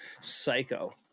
psycho